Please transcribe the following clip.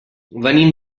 venim